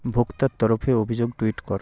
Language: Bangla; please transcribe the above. ভোক্তার তরফে অভিযোগ টুইট কর